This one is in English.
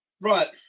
Right